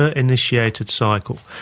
ah initiated cycle.